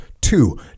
Two